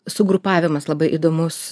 sugrupavimas labai įdomus